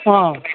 अँ